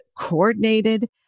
coordinated